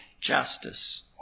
justice